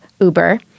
Uber